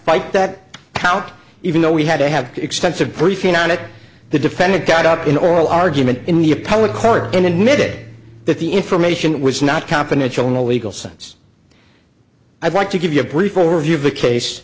fight that out even though we had to have extensive briefing on it the defendant got up in oral argument in the appellate court and admitted that the information was not confidential in a legal sense i'd like to give you a brief overview of the case